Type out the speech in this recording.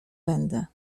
będę